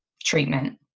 treatment